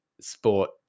sport